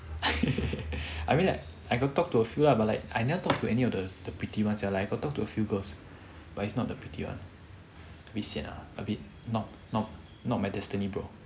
I mean like I got talk to a few lah but like I never talk to any of the pretty ones sia got like talk to a few girls but it's not the pretty one a bit sian ah a bit not not not my destiny bro